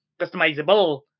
customizable